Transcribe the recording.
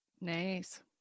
Nice